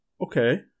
Okay